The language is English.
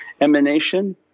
emanation